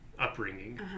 upbringing